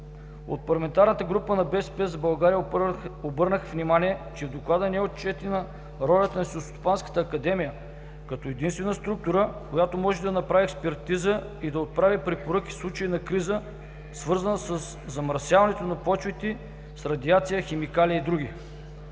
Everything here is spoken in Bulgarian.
От парламентарната група на „БСП за България“ обърнаха внимание, че в доклада не е отчетена ролята на Селскостопанската академия като единствена структура, която може да направи експертиза и да отправи препоръки в случай на криза, свързана със замърсяването на почвите с радиация, химикали и др.